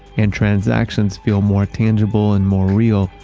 and transactions feel more tangible and more real,